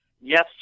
yes